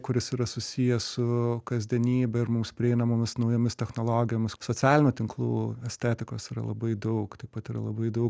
kuris yra susijęs su kasdienybe ir mums prieinamomis naujomis technologijomis socialinių tinklų estetikos yra labai daug taip pat yra labai daug